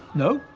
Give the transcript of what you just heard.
no,